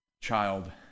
child